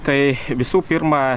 tai visų pirma